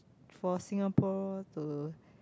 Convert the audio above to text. for Singapore to